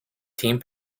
team